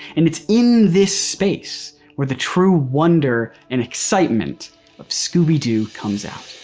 and it's in this space where the true wonder and excitement of scooby-doo comes out.